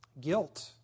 Guilt